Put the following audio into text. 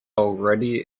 already